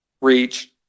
reach